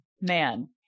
man